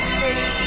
city